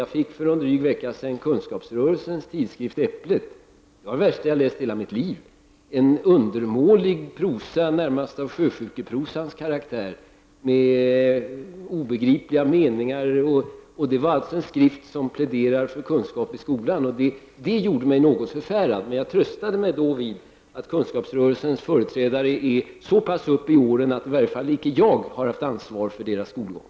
Jag fick för någon dryg vecka sedan Kunskapsrörelsens tidsskrift Äpplet. Det var det värsta jag läst i hela mitt liv — en undermålig prosa, närmast av sjösjukeprosans karaktär, med obegripliga meningar. Det var ändå en skrift som pläderar för kunskap i skolan. Det gjorde mig något förfärad. Jag tröstade mig med att Kunskapsrörelsens företrädare kommit upp så pass högt i åren att jag inte haft ansvaret för deras skolgång.